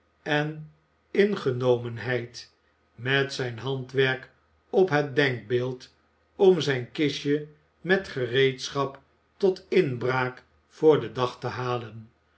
en ingenomenheid met zijn handwerk op het denkbeeld om zijn kistje met gereedschap tot inbraak voor den dag te halen